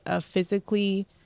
physically